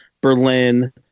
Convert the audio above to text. Berlin